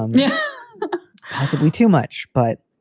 um yeah possibly too much but